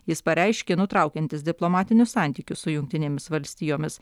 jis pareiškė nutraukiantis diplomatinius santykius su jungtinėmis valstijomis